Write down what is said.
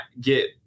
get